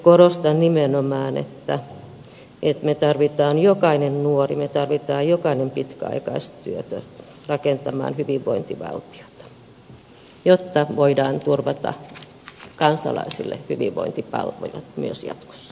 korostan nimenomaan että me tarvitsemme jokaisen nuoren me tarvitsemme jokaisen pitkäaikaistyöttömän rakentamaan hyvinvointivaltiota jotta voidaan turvata kansalaisille hyvinvointipalvelut myös jatkossa